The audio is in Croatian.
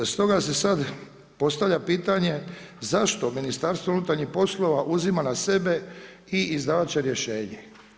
Stoga se sada postavlja pitanje zašto Ministarstvo unutarnjih poslova uzima na sebe i izdavati će rješenje.